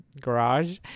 garage